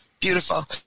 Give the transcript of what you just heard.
beautiful